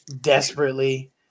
desperately